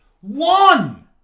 One